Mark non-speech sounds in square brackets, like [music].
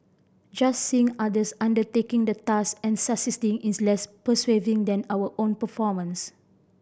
just seeing others undertaking the task and [unintelligible] is less persuasive than our own performance